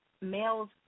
males